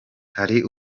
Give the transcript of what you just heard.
hari